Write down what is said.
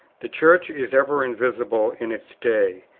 the church is ever invisible in its day,